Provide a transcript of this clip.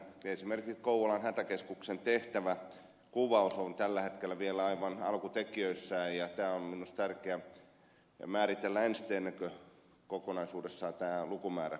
esimerkiksi kouvolan hätäkeskuksen tehtävänkuvaus on tällä hetkellä vielä aivan alkutekijöissään ja tämä on minusta tärkeä määritellä ensin ennen kuin kokonaisuudessaan tämä lukumäärä tiputetaan